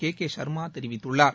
K K Sharma தெரிவித்துள்ளார்